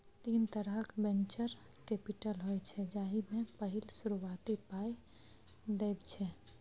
तीन तरहक venture capital होइ छै जाहि मे पहिल शुरुआती पाइ देब छै